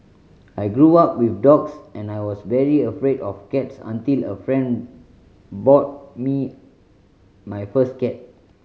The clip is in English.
I grew up with dogs and I was very afraid of cats until a friend bought me my first cat